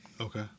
Okay